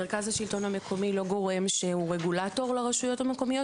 מרכז השלטון המקומי הוא לא גורם שהוא רגולטור לרשויות המקומיות,